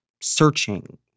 Searching